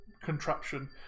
contraption